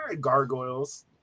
gargoyles